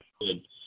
Good